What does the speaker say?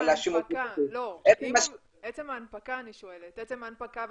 אני שואלת לגבי עצם ההנפקה,